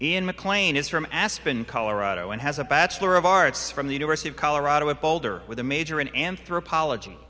in mclean is from aspen colorado and has a bachelor of arts from the university of colorado at boulder with a major in anthropology